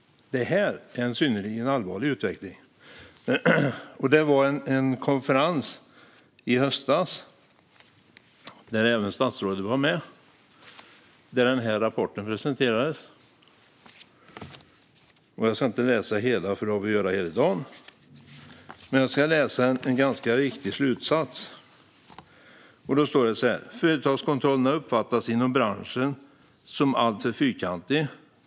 Det här är en synnerligen allvarlig utveckling. Det hölls en konferens i höstas där även statsrådet var med och där den här rapporten som jag håller i min hand presenterades. Jag ska inte läsa hela rapporten, för då har vi att göra hela dagen, men jag ska läsa en ganska viktig slutsats. Så här står det: Företagskontrollerna uppfattas inom branschen som alltför fyrkantiga.